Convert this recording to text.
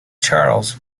charles